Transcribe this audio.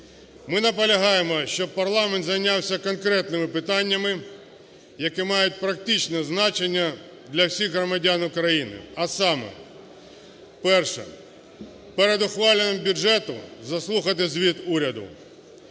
ми наполягаємо, щоб парламент зайнявся конкретними питаннями, які мають практичне значення для всіх громадян України, а саме: перше – перед ухваленням бюджету заслухати звіт уряду;